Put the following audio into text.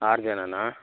ಆರು ಜನನಾ